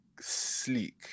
sleek